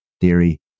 theory